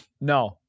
No